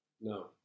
No